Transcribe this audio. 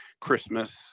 Christmas